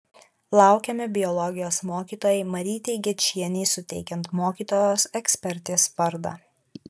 laukiame biologijos mokytojai marytei gečienei suteikiant mokytojos ekspertės vardą